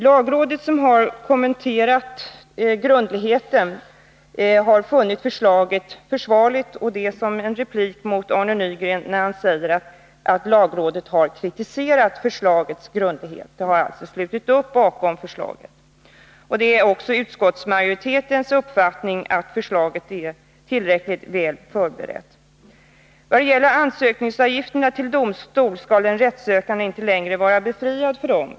Lagrådet, som har kommenterat förslagets grundlighet, har funnit att förslaget är försvarligt. Det vill jag säga som en replik till Arne Nygren, när han säger att lagrådet har kritiserat förslagets grundlighet. Lagrådet har alltså slutit upp bakom förslaget. Och det är också utskottsmajoritetens uppfattning att förslaget är tillräckligt förberett. Vad gäller ansökningsavgifterna till domstol skall den rättssökande inte längre vara befriad från dem.